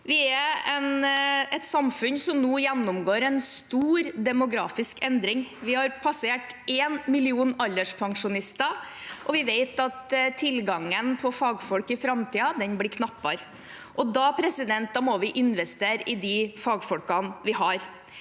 Vi er et samfunn som nå gjennomgår en stor demografisk endring. Vi har passert en million alderspensjonister, og vi vet at tilgangen på fagfolk i framtiden blir knappere. Da må vi investere i de fagfolkene vi har.